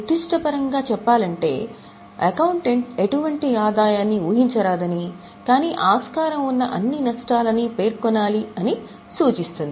నిర్దిష్ట పరంగా చెప్పాలంటే అకౌంటెంట్ ఎటువంటి ఆదాయాన్ని ఊహించరాదని కానీ ఆస్కారం ఉన్న అన్ని నష్టాలను పేర్కొనాలి అని సూచిస్తుంది